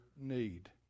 need